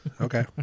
Okay